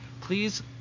please